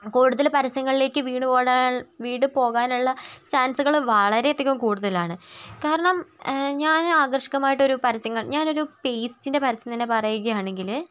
കൂടുതൽ പരസ്യങ്ങളിലേക്ക് വീണ് പോകണ്കൾ വളരെ അധികം കൂടുതലാണ് കാരണം ഞാൻ ആകർഷകമായിട്ട് ഒരു പരസ്യം കണ്ട് ഞാൻ ഒരു പേസ്റ്റിൻ്റെ പരസ്യം തന്നെ പറയുകയാണെങ്കിൽ